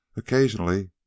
Occasionally